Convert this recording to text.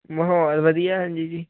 ਮਾਹੌਲ ਵਧੀਆ ਹਾਂਜੀ ਜੀ